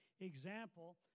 example